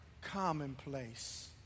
commonplace